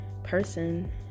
person